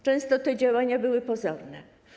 Często te działania były pozorne.